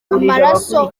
amaraso